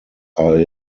are